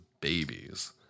babies